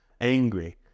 angry